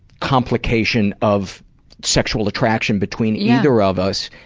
complication of sexual attraction between either of us.